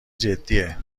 جدیه